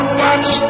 watch